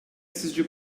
sizce